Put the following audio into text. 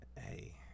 hey